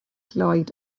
lloyd